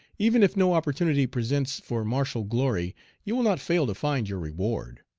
even if no opportunity presents for martial glory you will not fail to find your reward.